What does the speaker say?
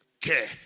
care